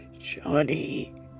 Johnny